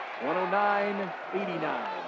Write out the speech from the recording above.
109-89